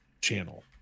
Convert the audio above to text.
channel